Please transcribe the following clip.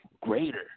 greater